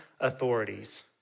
authorities